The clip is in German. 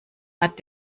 hat